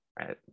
right